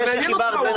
חיברת בין